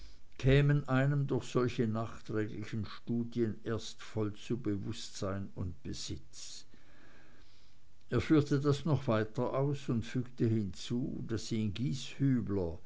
kämen einem durch solche nachträglichen studien erst voll zu bewußtsein und besitz er führte das noch weiter aus und fügte hinzu daß ihn